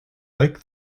like